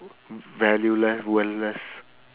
valueless worthless